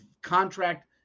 contract